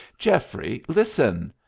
geoffrey, listen!